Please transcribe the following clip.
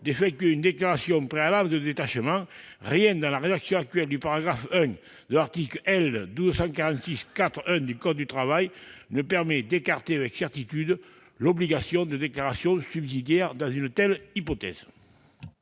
d'effectuer une déclaration préalable de détachement. Rien dans la rédaction actuelle du I de l'article L. 1262-4-1 du code du travail ne permet d'écarter avec certitude l'obligation de déclaration subsidiaire dans une telle hypothèse.